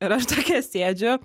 ir aš tokia sėdžiu